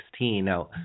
now